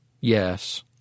Yes